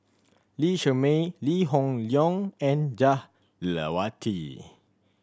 Lee Shermay Lee Hoon Leong and Jah Lelawati